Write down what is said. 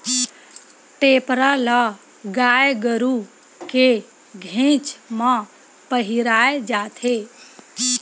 टेपरा ल गाय गरु के घेंच म पहिराय जाथे